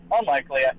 unlikely